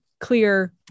clear